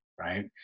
right